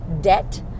debt